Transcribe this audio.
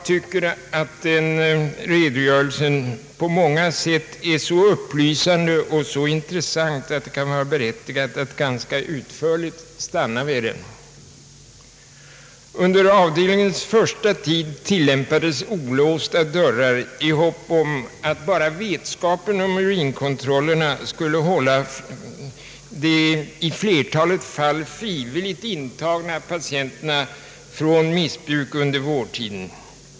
Denna redogörelse är på många sätt så upplysande och så intressant att det kan vara berättigat att ganska utförligt stanna vid den. Under avdelningens första tid hade man olåsta dörrar i hopp om att bara vetskapen om urinkontrollerna skulle hålla de i flertalet fall frivilligt intagna patienterna från missbruk under vårdtiden.